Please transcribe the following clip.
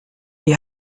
die